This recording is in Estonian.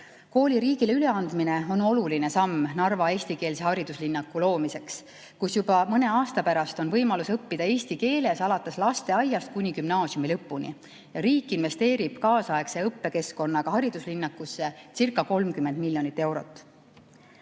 Kooli riigile üleandmine on oluline samm Narva eestikeelse hariduslinnaku loomiseks, kus juba mõne aasta pärast on võimalus õppida eesti keeles alates lasteaiast kuni gümnaasiumi lõpuni. Riik investeerib kaasaegse õppekeskkonnaga hariduslinnakussecirca30 miljonit eurot.